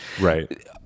right